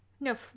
no